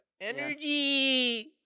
Energy